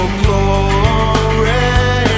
glory